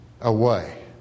away